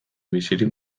bizirik